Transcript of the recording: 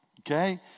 Okay